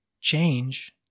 Change